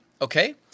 Okay